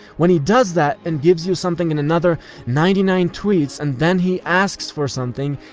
when he does that, and gives you something in another ninety nine tweets, and then he asks for something,